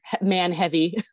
man-heavy